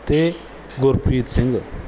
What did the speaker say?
ਅਤੇ ਗੁਰਪ੍ਰੀਤ ਸਿੰਘ